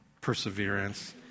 perseverance